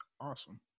Awesome